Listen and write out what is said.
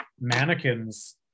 mannequins